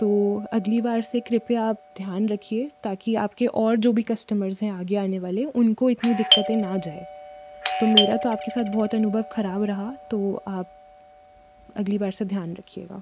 तो अगली बार से कृपया आप ध्यान रखिए ताकि आपके और जो भी कस्टमर्स है आगे आने वाले उनको इतनी दिक्कतें ना जाए तो मेरा तो आपके साथ बहुत अनुभव खराब रहा तो आप अगली बार से ध्यान रखिएगा